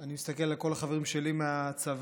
אני מסתכל על כל החברים שלי מהצבא,